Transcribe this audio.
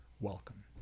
welcome